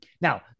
now